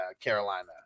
Carolina